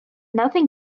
nothing